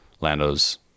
Lando's